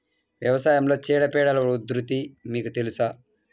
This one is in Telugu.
వ్యవసాయంలో చీడపీడల ఉధృతి మీకు తెలుసా?